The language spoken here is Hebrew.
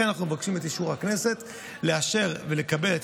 לכן אנחנו מבקשים את אישור הכנסת לקבל את